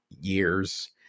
years